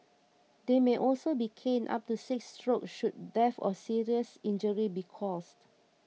they may also be caned up to six strokes should death or serious injury be caused